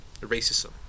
racism